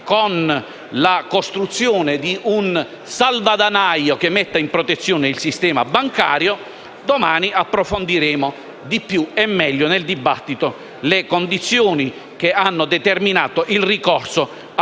con la costruzione di un salvadanaio che metta in protezione il sistema bancario e nel dibattito di domani approfondiremo, di più e meglio, le condizioni che hanno determinato il ricorso a